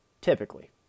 typically